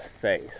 face